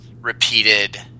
repeated